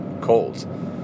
cold